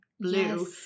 blue